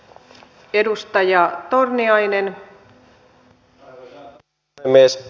arvoisa rouva puhemies